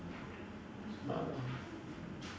err